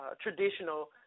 traditional